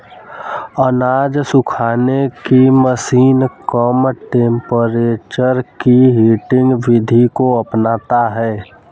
अनाज सुखाने की मशीन कम टेंपरेचर की हीटिंग विधि को अपनाता है